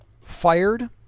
fired